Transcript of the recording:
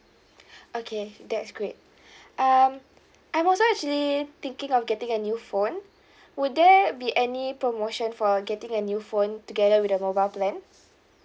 okay that's great um I'm also actually thinking of getting a new phone would there be any promotion for getting a new phone together with the mobile plan